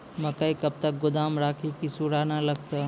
मकई कब तक गोदाम राखि की सूड़ा न लगता?